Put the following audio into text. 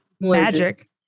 Magic